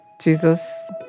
Jesus